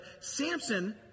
Samson